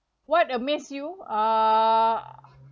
what amaze you uh